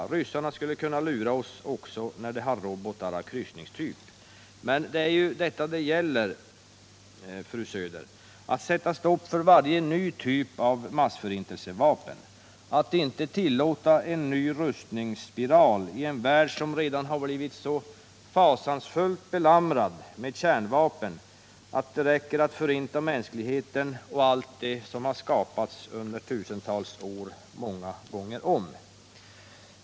Ryssarna skulle kunna lura oss när de också har robotar av kryssningstyp.” Men det är ju detta det gäller, fru Söder, att sätta stopp för varje ny typ av massförintelsevapen, att inte tillåta en ny rustningsspiral i en värld som redan blivit så fasansfullt belamrad med kärnvapen att det räcker för att förinta mänskligheten, och allt den skapat under tusentals år, många gånger om.